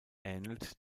ähnelt